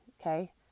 Okay